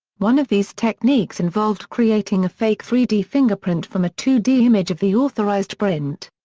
one of these techniques involved creating a fake three d fingerprint from a two d image of the authorized print.